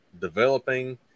developing